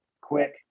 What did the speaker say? quick